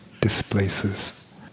displaces